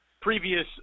previous